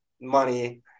money